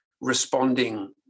responding